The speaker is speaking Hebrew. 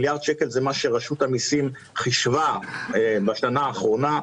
מיליארד שקל זה משהו שרשות המיסים חישבה בשנה האחרונה.